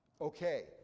Okay